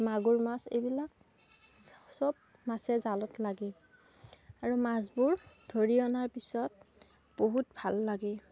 মাগুৰ মাছ এইবিলাক চব মাছেই জালত লাগে আৰু মাছবোৰ ধৰি অনাৰ পিছত বহুত ভাল লাগে